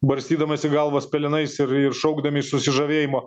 barstydamasi galvas pelenais ir ir šaukdami iš susižavėjimo